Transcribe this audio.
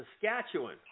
Saskatchewan